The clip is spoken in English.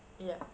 ya